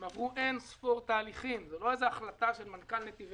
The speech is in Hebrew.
הם עברו אין ספור תהליכים זה לא החלטה של מנכ"ל נתיבי